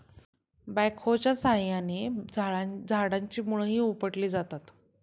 बॅकहोच्या साहाय्याने झाडाची मुळंही उपटली जातात